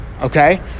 okay